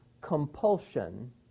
compulsion